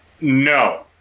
No